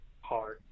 hard